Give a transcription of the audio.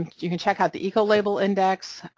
you can check out the ecolabel index,